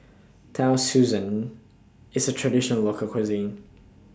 Tau Susan IS A Traditional Local Cuisine